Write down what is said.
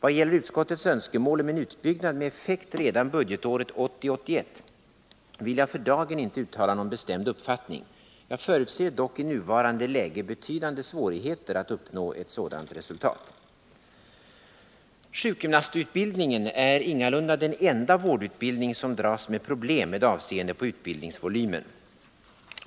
Vad gäller utskottets önskemål om en utbyggnad med effekt redan budgetåret 1980/81 vill jag för dagen inte uttala någon bestämd uppfattning. Jag förutser dock i nuvarande läge betydande svårigheter att uppnå ett sådant resultat. Sjukgymnastutbildningen är ingalunda den enda vårdutbildning som dras med problem med avseende på utbildningsvolymen.